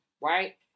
right